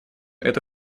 эта